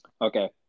Okay